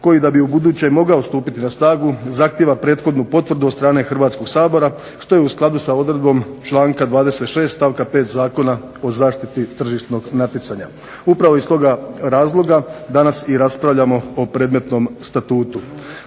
koji da bi ubuduće mogao stupiti na snagu zahtjeva prethodnu potvrdu od strane Hrvatskog sabora što je u skladu sa odredbom članka 26. stavka 5. Zakona o zaštiti tržišnog natjecanja. Upravo iz toga razloga danas i raspravljamo o predmetnom Statutu.